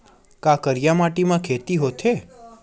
का करिया माटी म खेती होथे?